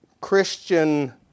Christian